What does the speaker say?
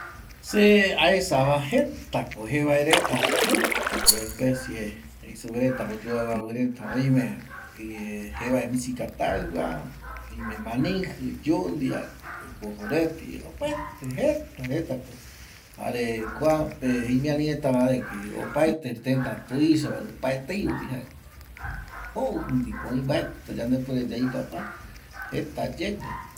Se aesava jetako jevae reta jetako especie jei supereta oyoavƚavƚ reta oime jevae misikataƚva, majijƚ, yundia, kojoreti opaete jeta retako jare kuape imiari retava de que opaete tëta tuisava rupi opaetei rupi jaeko mbovƚ ndipo öi mbaetƚko yande puere yaipapa jata yaeko